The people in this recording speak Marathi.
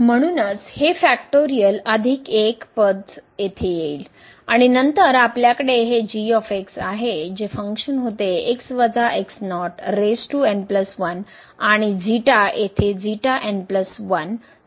म्हणूनच हे फॅक्टोरियल अधिक 1 पद संज्ञा येथे येईल आणि नंतर आपल्याकडे हे आहे जे फंक्शन होते आणि येथे सादर केले आहे